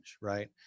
right